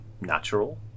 natural